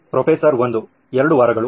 professor 1 2 ವಾರಗಳು